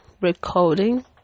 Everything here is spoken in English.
recording